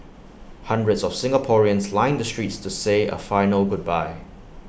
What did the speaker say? hundreds of Singaporeans lined the streets to say A final goodbye